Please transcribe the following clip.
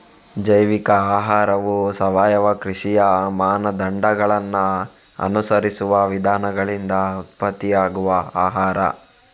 ಜೈವಿಕ ಆಹಾರವು ಸಾವಯವ ಕೃಷಿಯ ಮಾನದಂಡಗಳನ್ನ ಅನುಸರಿಸುವ ವಿಧಾನಗಳಿಂದ ಉತ್ಪತ್ತಿಯಾಗುವ ಆಹಾರ